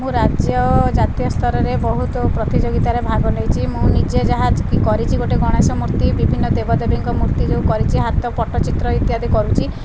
ମୁଁ ରାଜ୍ୟ ଓ ଜାତୀୟ ସ୍ତରରେ ବହୁତ ପ୍ରତିଯୋଗିତାରେ ଭାଗ ନେଇଛି ମୁଁ ନିଜେ ଯାହା କରିଛି ଗୋଟେ ଗଣେଶ ମୂର୍ତ୍ତି ବିଭିନ୍ନ ଦେବାଦେବୀଙ୍କ ମୂର୍ତ୍ତି ଯେଉଁ କରିଛି ହାତ ପଟ୍ଟଚିତ୍ର ଇତ୍ୟାଦି କରୁଛି